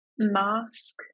Mask